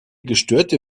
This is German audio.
gestörte